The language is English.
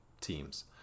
teams